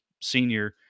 senior